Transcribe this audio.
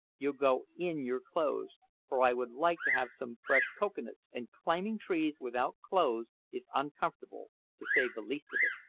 you'll go in your clothes for i would like to have some fresh cocoa-nuts, and climbing trees without clothes is uncomfortable to say the least of it.